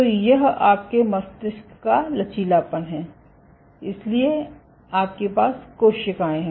तो यह आपके मस्तिष्क का लचीलापन है इसलिए आपके पास कोशिकाएं हैं